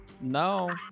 No